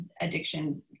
addiction